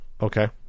Okay